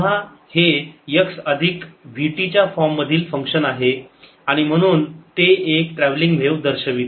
eiπxLeiωt ei πxLωt आणि हे पुन्हा x अधिक vt च्या फॉर्म मधील फंक्शन आहे आणि म्हणून ते एक ट्रॅव्हलिंग व्हेव दर्शविते